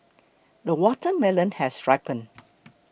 the watermelon has ripened